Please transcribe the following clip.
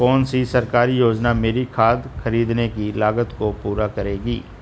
कौन सी सरकारी योजना मेरी खाद खरीदने की लागत को पूरा करेगी?